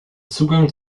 zugang